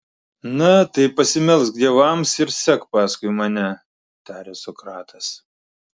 na tai pasimelsk dievams ir sek paskui mane taria sokratas